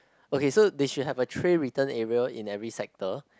okay so they should have a tray return area in every sector